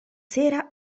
sera